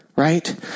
Right